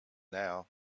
now